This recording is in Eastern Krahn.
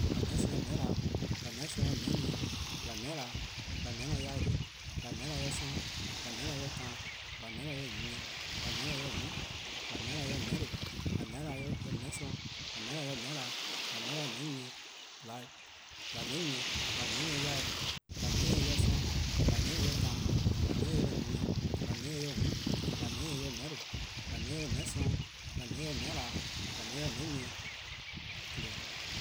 :Kwlaa :meheh' 'sorn 'yor meheh'na, :kwlaa :meheh' 'sorn 'yor meheh'nyieh, :kwlaa :meheh'na, :kwlaa :meheh'na 'yor-eh :due', :kwlaa :meheh'na 'yor 'sororn', :kwlaa :meheh'na 'yor taan, :kwlaa :meheh'na 'yor nyieh, :kwlaa :meheh'na 'yor :mm', :kwlaa :meheh'na 'yor :meheh'lo, :kwlaa :meheh'na 'yor :meheh' 'sorn, :kwlaa :meheh'na 'yor :meheh'na, :kwlaa :meheh'na 'yor :meheh' nyieh, :kwlaa :meheh' nyieh, :kwlaa :meheh' nyieh 'yor-eh :due', :kwlaa :meheh' nyieh 'yor 'sororn', :kwlaa :meheh' nyieh 'yor taan, :kwlaa :meheh' nyieh 'yor nyieh, :kwlaa :meheh' nyieh 'yor :mm', :kwlaa :meheh' nyieh 'yor :meheh'lo, :kwlaa :meheh' nyieh 'yor :meheh' 'sorn, :kwlaa :meheh' nyieh 'yor :meheh'na, :kwlaa :meheh' nyieh 'yor :meheh' nyieh, :gluhhu:.